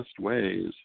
ways